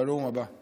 בנאום הבא.